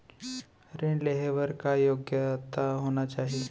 ऋण लेहे बर का योग्यता होना चाही?